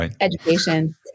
education